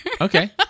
Okay